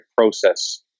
process